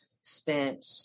spent